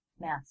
math